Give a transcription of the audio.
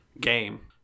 game